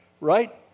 right